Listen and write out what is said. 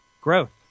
growth